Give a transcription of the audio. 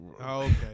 Okay